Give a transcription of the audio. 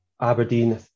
Aberdeen